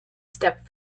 step